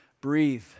breathe